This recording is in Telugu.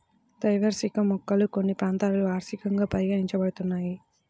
ద్వైవార్షిక మొక్కలు కొన్ని ప్రాంతాలలో వార్షికంగా పరిగణించబడుతున్నాయి